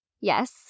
Yes